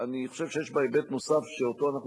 אני חושב שיש בה היבט נוסף שאותו אנחנו